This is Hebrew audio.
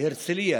להרצליה.